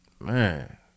Man